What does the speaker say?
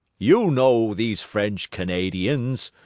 you know these french canadians.